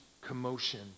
commotion